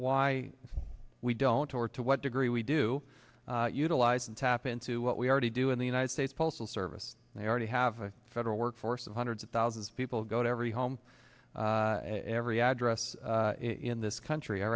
why we don't or to what degree we do utilize and tap into what we already do in the united states postal service they already have a federal workforce and hundreds of thousands of people go to every home and every address in this country i